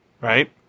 Right